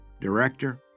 director